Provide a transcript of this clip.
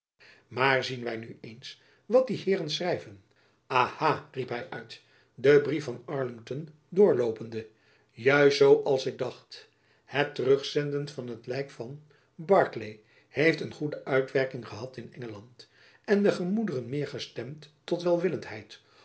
maar zien wy nu eens wat die heeren schrijven aha riep hy uit den brief van arlington doorloopende juist zoo als ik dacht het terugzenden van het lijk van barclay heeft een goede uitwerking gehad in engeland en de gemoederen meer gestemd tot